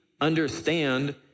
understand